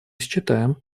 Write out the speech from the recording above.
считаем